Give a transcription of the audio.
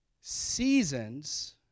Seasons